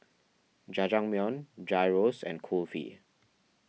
Jajangmyeon Gyros and Kulfi